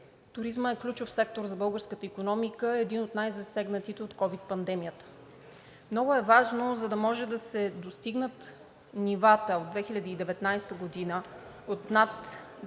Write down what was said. Туризмът е ключов сектор за българската икономика – един от най-засегнатите от ковид пандемията. Много е важно, за да могат да се постигнат нивата от 2019 г. от над 9